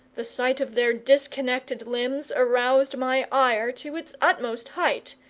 the sight of their disconnected limbs aroused my ire to its utmost height,